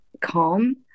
calm